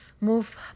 move